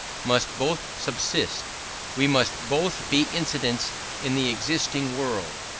must both subsist we must both be incidents in the existing world.